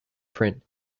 print